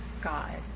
God